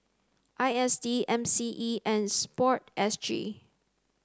I S D M C E and sport S G